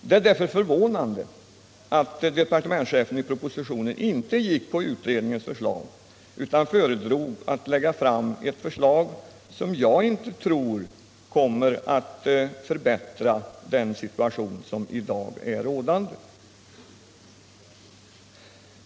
Man är därför förvånad över att departementschefen i propositionen inte gått på utredningens förslag utan föredragit att lägga fram ett förslag som jag inte tror kommer att förbättra den situation som i dag är rådande.